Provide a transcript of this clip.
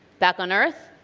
back on earth.